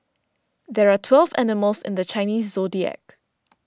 there are twelve animals in the Chinese zodiac